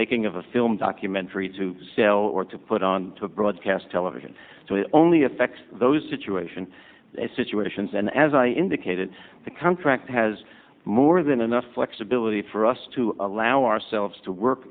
making of a film documentary to sell or to put on broadcast television so it only effects those situation situations and as i indicated the contract has more than enough flexibility for us to allow ourselves to work